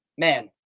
Man